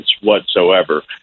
whatsoever